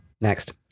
Next